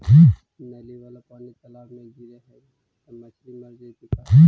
नली वाला पानी तालाव मे गिरे है त मछली मर जितै का?